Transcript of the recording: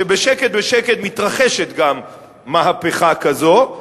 שבשקט בשקט מתרחשת גם מהפכה כזאת,